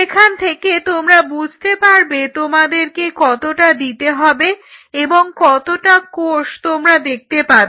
সেখান থেকে তোমরা বুঝতে পারবে তোমাদেরকে কতটা দিতে হবে এবং কতটা কোষ তোমরা দেখতে পাবে